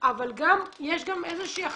אבל יש גם איזושהי אחריות.